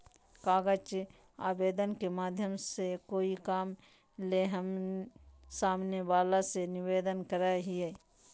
कागज आवेदन के माध्यम से कोय काम ले हम सामने वला से निवेदन करय हियय